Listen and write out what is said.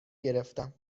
گرفتم